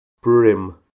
Brim